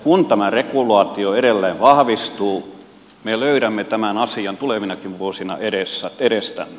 kun tämä regulaatio edelleen vahvistuu me löydämme tämän asian tulevinakin vuosina edestämme